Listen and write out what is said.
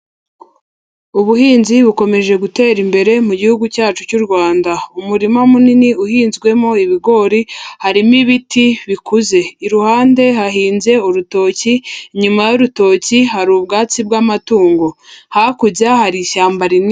Ubuhinzi bukomeje gutera imbere mu gihugu cyacu cy'u Rwanda, umurima munini uhinzwemo ibigori, harimo ibiti bikuze, iruhande hahinze urutoki, inyuma y'urutoki hari ubwatsi bw'amatungo, hakurya hari ishyamba rinini.